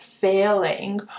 failing